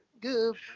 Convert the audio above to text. good